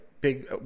big